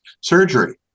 surgery